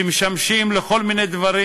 שמשמשים לכל מיני דברים,